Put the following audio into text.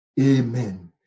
Amen